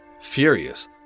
Furious